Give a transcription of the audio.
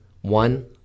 one